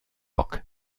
rock